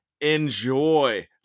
enjoy